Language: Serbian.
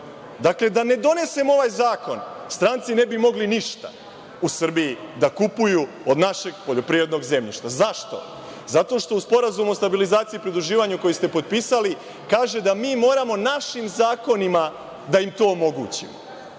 Dakle, da ne donesemo ovaj zakon, stranci ne bi mogli ništa u Srbiji da kupuju od našeg poljoprivrednog zemljišta. Zašto? Zato što u SSP koji ste potpisali kaže da mi moramo našim zakonima da im to omogućimo.